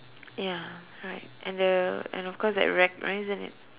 ya right and the and of course that rack right isn't it